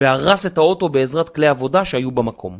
והרס את האוטו בעזרת כלי עבודה שהיו במקום